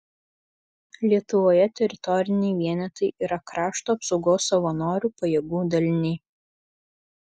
lietuvoje teritoriniai vienetai yra krašto apsaugos savanorių pajėgų daliniai